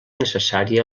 necessària